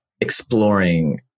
exploring